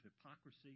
hypocrisy